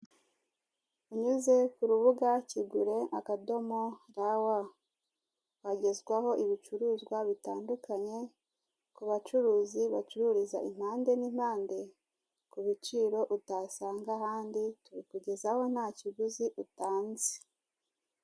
Unyuze ku rubuga Kigure, akadomo rawa, wagezwa ho ibicuruzwa bitandukanye, ku bacuruzi bacururizwa impande n'impande, ku biciro utasanga ahandi, tubikugeza ho nta kiguzi utanze.